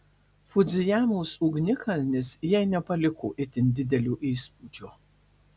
fudzijamos ugnikalnis jai nepaliko itin didelio įspūdžio